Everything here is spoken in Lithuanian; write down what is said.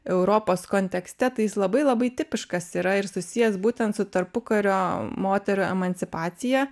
europos kontekste tai jis labai labai tipiškas yra ir susijęs būtent su tarpukario moterų emancipacija